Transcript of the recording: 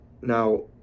Now